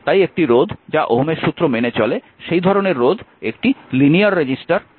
তাই একটি রোধ যা ওহমের সূত্র মেনে চলে সেই ধরনের রোধ একটি লিনিয়ার রেজিস্টার হিসাবে পরিচিত